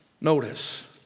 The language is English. Notice